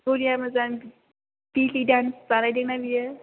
दलिया बजान बेलि दान्स बानायदों ना बियो